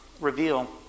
reveal